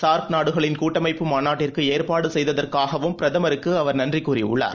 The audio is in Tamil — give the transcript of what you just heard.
சார்க் நாடுகளின் கூட்டமைப்பு மாநாட்டிற்குஏற்பாடுசெய்ததற்காகவும் பிரதமருக்குஅவர் நன்றிகூறியுள்ளார்